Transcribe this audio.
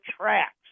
tracks